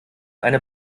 eine